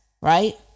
right